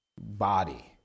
body